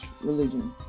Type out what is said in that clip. religion